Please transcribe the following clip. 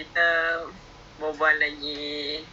adam needs more convincing to do lah